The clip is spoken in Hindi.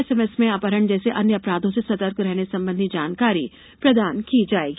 एसएमएस में अपहरण जैसे अन्य अपराधों से सतर्क रहने संबंधी जानकारी प्रदान की जाएगी